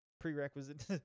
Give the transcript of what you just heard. prerequisite